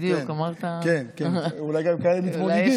בדיוק, אמרת, כן, אולי יש כאן גם מתמוגגים.